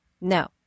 No